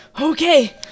Okay